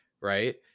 Right